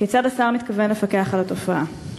כיצד השר מתכוון לפקח על התופעה?